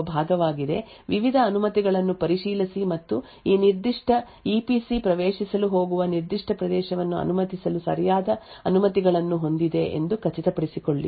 ಈಗ ನಾವು ವಾಸ್ತವವಾಗಿ ಇಪಿಸಿಎಂ ಅನ್ನು ನೋಡುವ ಭಾಗವಾಗಿದೆ ವಿವಿಧ ಅನುಮತಿಗಳನ್ನು ಪರಿಶೀಲಿಸಿ ಮತ್ತು ಈ ನಿರ್ದಿಷ್ಟ ಇಪಿಸಿ ಪ್ರವೇಶಿಸಲು ಹೋಗುವ ನಿರ್ದಿಷ್ಟ ಪ್ರವೇಶವನ್ನು ಅನುಮತಿಸಲು ಸರಿಯಾದ ಅನುಮತಿಗಳನ್ನು ಹೊಂದಿದೆ ಎಂದು ಖಚಿತಪಡಿಸಿಕೊಳ್ಳಿ